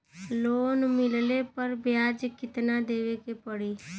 Loan मिलले पर ब्याज कितनादेवे के पड़ी?